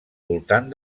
voltant